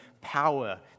power